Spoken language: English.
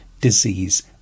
disease